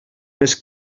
més